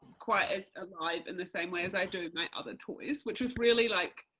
quite as alive in the same way as i do my other toys, which was really like,